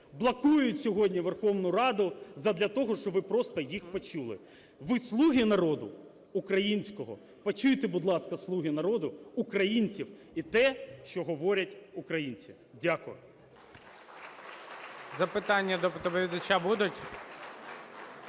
блокують сьогодні Верховну Раду задля того, щоби просто їх почули. Ви – слуги народу українського, почуйте, будь ласка, слуги народу, українців і те, що говорять українці. Дякую.